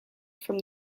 from